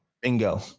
Bingo